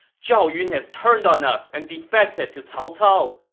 zhao yun has turned on us and defected to cao cao!